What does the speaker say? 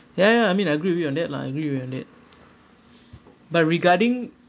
ya ya I mean I agree with you on that lah I agree with you on that but regarding